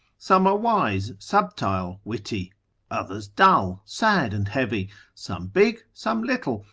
some are wise, subtile, witty others dull, sad and heavy some big, some little,